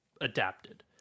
adapted